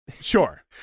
Sure